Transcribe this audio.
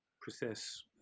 process